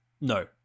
No